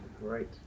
Right